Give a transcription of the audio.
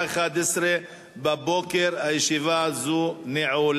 שהוא תומך בהצעת החוק בקריאה ראשונה,